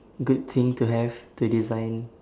good thing to have to design